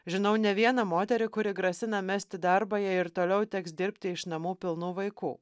žinau ne vieną moterį kuri grasina mesti darbą jei ir toliau teks dirbti iš namų pilnu vaikų